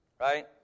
right